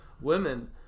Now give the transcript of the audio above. women